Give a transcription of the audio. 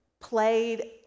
played